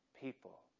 people